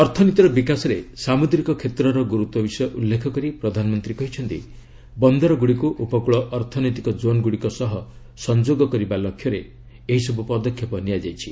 ଅର୍ଥନୀତିର ବିକାଶରେ ସାମୁଦ୍ରିକ କ୍ଷେତ୍ରର ଗୁରୁତ୍ୱ ବିଷୟ ଉଲ୍ଲେଖ କରି ପ୍ରଧାନମନ୍ତ୍ରୀ କହିଛନ୍ତି ବନ୍ଦରଗୁଡ଼ିକୁ ଉପକୂଳ ଅର୍ଥନୈତିକ ଜୋନ୍ ଗୁଡ଼ିକ ସହ ସଫଯୋଗ କରିବା ଲକ୍ଷ୍ୟରେ ଏହିସବୁ ପଦକ୍ଷେପ ନିଆଯାଇଛି